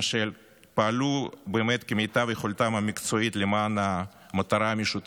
אשר פעלו כמיטב יכולתם המקצועית למען המטרה המשותפת.